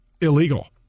illegal